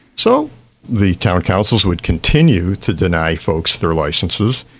so the town councils would continue to deny folks their licences.